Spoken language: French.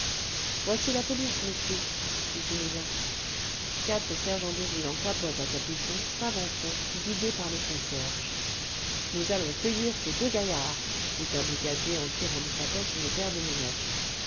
voici la police monsieur dit une voix quatre sergents de ville en capote à capuchons s'avançaient guidés par le concierge nous allons cueillir ces deux gaillards dit un brigadier en tirant de sa poche une paire de menottes